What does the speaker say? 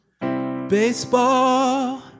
Baseball